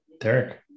Derek